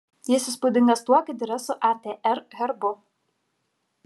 jis įspūdingas tuo kad yra su atr herbu